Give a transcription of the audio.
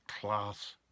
class